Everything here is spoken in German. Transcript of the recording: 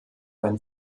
einen